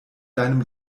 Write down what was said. deinem